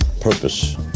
Purpose